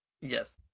Yes